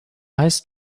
heißt